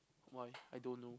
why I don't know